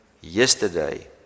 yesterday